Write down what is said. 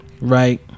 Right